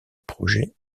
projet